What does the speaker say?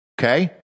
Okay